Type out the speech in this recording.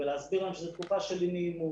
ולהסביר להם שזאת תקופה של אי נעימות